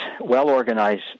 well-organized